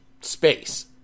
space